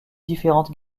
différentes